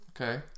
okay